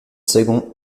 second